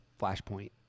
Flashpoint